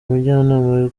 mujyanama